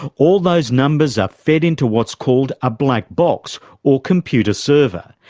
all those numbers are fed into what's called a black box or computer server,